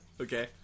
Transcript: Okay